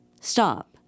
Stop